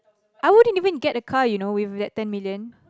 I wouldn't even get a car you know with that ten million